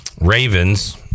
Ravens